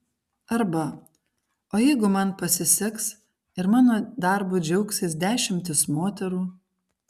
arba o jeigu man pasiseks ir mano darbu džiaugsis dešimtys moterų